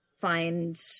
find